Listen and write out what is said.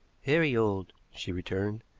very old, she returned.